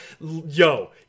yo